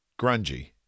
grungy